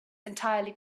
entirely